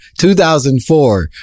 2004